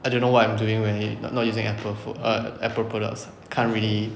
I don't know what I'm doing when not using apple phone eh apple products can't really